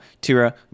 Tira